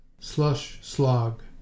Slush-slog